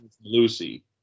Lucy